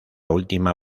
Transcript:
última